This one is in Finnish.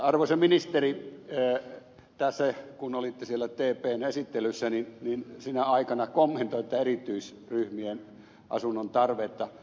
arvoisa ministeri tässä kun olitte siellä tpn esittelyssä niin sinä aikana kommentoin tätä erityisryhmien asunnontarvetta